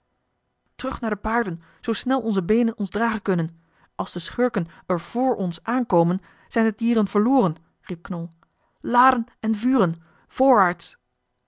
terug naar de paarden zoo snel onze beenen ons dragen kunnen als de schurken er vr ons aankomen zijn de dieren verloren riep knol laden en vuren